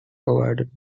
provided